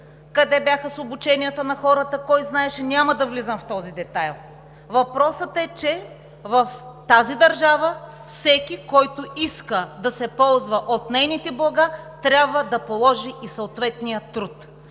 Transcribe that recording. къде бяха с обученията на хората, кой знаеше – няма да влизам в този детайл. Въпросът е, че в тази държава всеки, който иска да се ползва от нейните блага, трябва да положи и съответния труд,